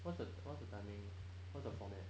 what's the what's the timing what's the format